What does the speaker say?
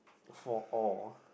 for all